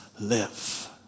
live